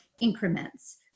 increments